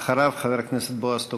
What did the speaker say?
אחריו, חבר הכנסת בועז טופורובסקי.